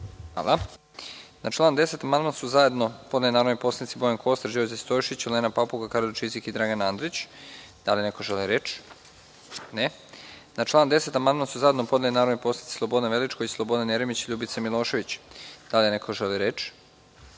Hvala. Na član 10. amandman su zajedno podneli narodni poslanici Bojan Kostreš, Đorđe Stojšić, Olena Papuga, Karolj Čizik i Dragan Andrić. Da li neko želi reč? Ne. Na član 10. amandman su zajedno podneli narodni poslanici Slobodan Večković, Slobodan Jeremić i Ljubica Milošević. Da li neko želi reč?